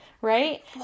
Right